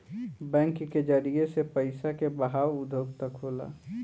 bank के जरिए से पइसा के बहाव उद्योग तक होला